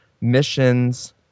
missions